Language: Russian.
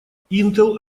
intel